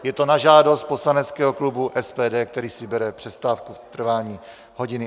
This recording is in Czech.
Je to na žádost poslaneckého klubu SPD, který si bere přestávku v trvání 1,5 hodiny.